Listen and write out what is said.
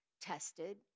tested